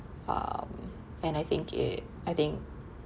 um and I think it I think